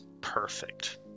perfect